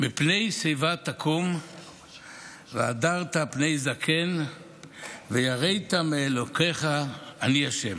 "מפני שיבה תקום והדרת פני זקן ויראת מאלהיך אני ה'".